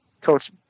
Coach